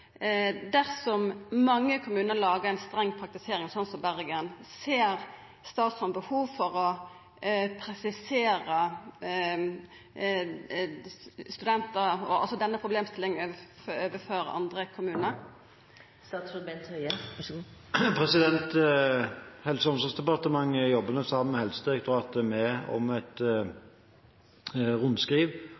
streng praktisering, slik som Bergen, ser statsråden behov for å presisera denne problemstillinga overfor andre kommunar? I Helse- og omsorgsdepartementet jobber vi sammen med Helsedirektoratet om et rundskriv